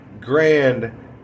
grand